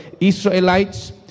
Israelites